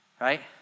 right